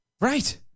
Right